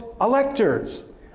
electors